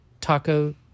taco